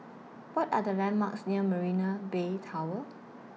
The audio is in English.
What Are The landmarks near Marina Bay Tower